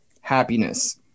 happiness